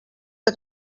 que